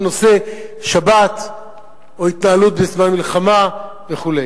בנושא שבת או התנהלות בזמן מלחמה וכו'.